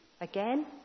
Again